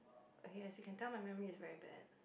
okay as you can tell my memory is very bad